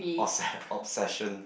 obse~ obsession